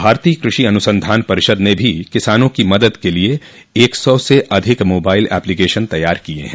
भारतीय कृषि अनुसंधान परिषद ने भी किसानों की मदद के लिए एक सौ से अधिक मोबाइल एप्लीकेशन तैयार किए हैं